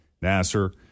Nasser